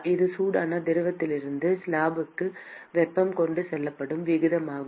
இது சூடான திரவத்திலிருந்து ஸ்லாபிற்கு வெப்பம் கொண்டு செல்லப்படும் விகிதமாகும்